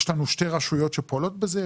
יש לנו שתי רשויות שפועלות בזה,